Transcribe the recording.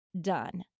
done